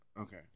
Okay